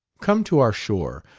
come to our shore,